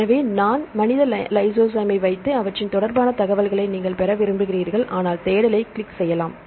எனவே நான் மனித லைசோசைமை வைத்து அவற்றின் தொடர்பான தகவல்களை நீங்கள் பெற விரும்புகிறீர்கள் ஆனால் தேடலைக் கிளிக் செய்யலாம்